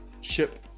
ship